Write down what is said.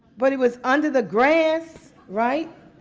but he was under the grass, right?